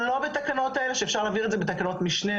לא בתקנות האלה שאפשר להעביר את זה בתקנות משנה,